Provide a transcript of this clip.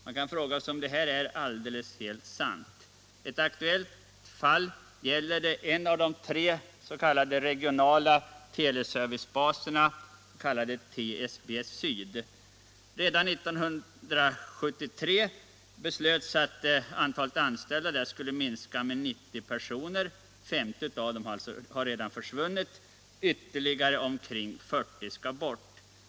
Man kan fråga sig om det är helt sant. Ett aktuellt fall gäller en av de tre regionala teleservicebaserna, kallad TSB syd. Redan 1973 beslöts att antalet anställda där skulle minska med 90 personer. 50 har redan försvunnit,'och ytterligare omkring 40 skall bort.